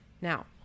Now